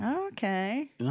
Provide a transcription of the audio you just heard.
Okay